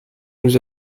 nous